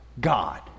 God